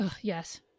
Yes